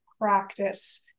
practice